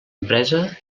empresa